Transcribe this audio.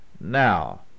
Now